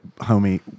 homie